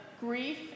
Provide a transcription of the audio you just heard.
grief